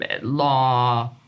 law